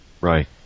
right